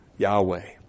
Yahweh